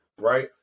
Right